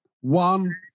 One